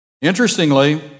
Interestingly